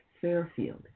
Fairfield